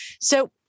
so-